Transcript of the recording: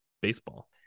baseball